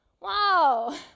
Wow